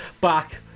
back